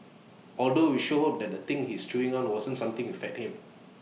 although we sure hope that the thing he was chewing on wasn't something you fed him